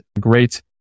great